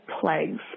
plagues